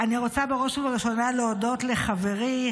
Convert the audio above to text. אני רוצה בראש ובראשונה להודות לחברי,